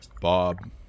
Bob